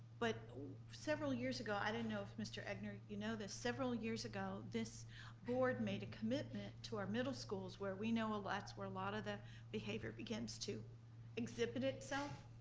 but several years ago, i didn't know if mr. egnor, you know this, several years ago, this board made a commitment to our middle schools where we know that's where a lot of the behavior begins to exhibit itself.